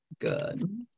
good